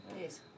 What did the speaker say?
Yes